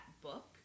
book